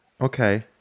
Okay